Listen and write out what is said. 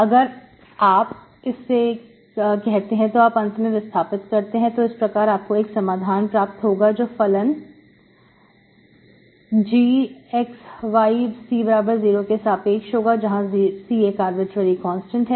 अगर आप इसे हम कहते हैं तो आप अंत में विस्थापित कर सकते हैं तो इस प्रकार आपको एक समाधान प्राप्त होगा जो कि फलन gXYC0 के सापेक्ष होगा जहां C एक आर्बिट्रेरी कांस्टेंट है